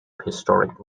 historic